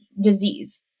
disease